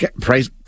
price